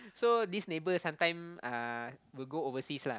so this neighbour sometime uh will go overseas lah